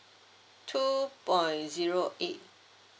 two point zero eight